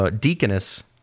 deaconess